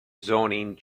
zoning